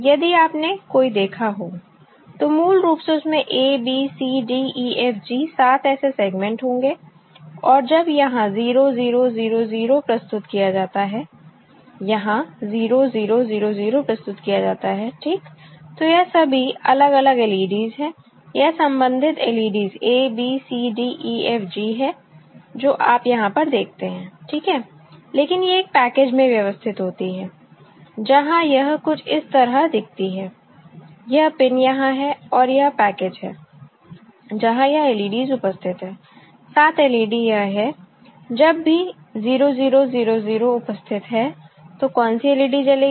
यदि आपने कोई देखा हो तो मूल रूप से उसमें a b c d e f g 7 ऐसे सेगमेंट होंगे और जब यहां 0 0 0 0 प्रस्तुत किया जाता है यहां 0 0 0 0 प्रस्तुत किया जाता है ठीक तो यह सभी अलग अलग LEDs है यह संबंधित LEDs a b c d e f g है जो आप यहां पर देखते हैं ठीक है लेकिन ये एक पैकेज में व्यवस्थित होती है जहां यह कुछ इस तरह दिखती है यह पिन यहां है और यह पैकेज है जहां यह LEDs उपस्थित है 7 LED यह है जब भी 0 0 0 0 उपस्थित है तो कौन सी LED जलेगी